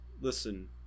Listen